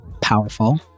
powerful